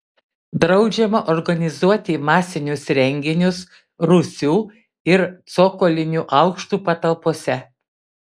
draudžiama organizuoti masinius renginius rūsių ir cokolinių aukštų patalpose